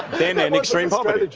then end extreme poverty.